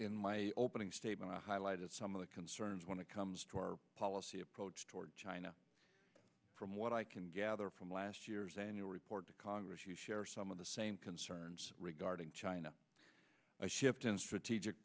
in my opening statement highlighted some of the concerns when it comes to our policy approach toward china from what i can gather from last year's annual report to congress you share some of the same concerns regarding china a shift in strategic